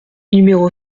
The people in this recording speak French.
numéro